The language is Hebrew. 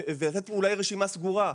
לתת פה אולי רשימה סגורה,